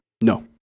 No